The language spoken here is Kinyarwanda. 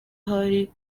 ahari